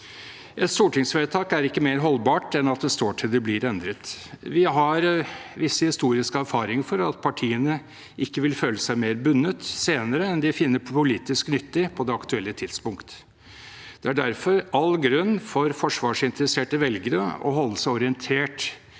Et stortingsvedtak er ikke mer holdbart enn at det står til det blir endret. Vi har visse historiske erfaringer med at partiene ikke vil føle seg mer bundet senere enn de finner politisk nyttig på det aktuelle tidspunkt. Det er derfor all grunn for forsvarsinteresserte velgere til å holde seg orientert